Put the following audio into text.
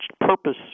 purpose